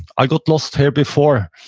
i got lost here before.